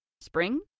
Spring